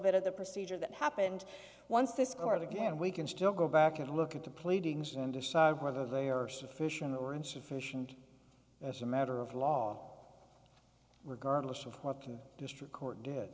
bit of the procedure that happened once this court again we can still go back and look at the pleadings and decide whether they are sufficient or insufficient as a matter of law regardless of what can district court d